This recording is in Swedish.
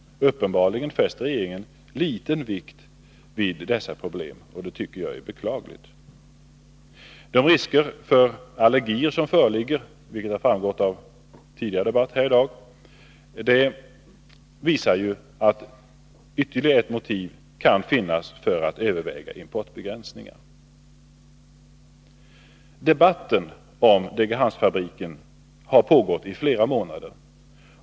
Uppenbarligen fäster regeringen liten vikt vid dessa problem, och det tycker jag är beklagligt. De risker för allergier som föreligger, vilket har framgått av den tidigare debatten i dag, visar att ytterligare ett motiv kan finnas för att överväga importbegränsningar. Debatten om Degerhamnsfabriken har pågått i flera månader.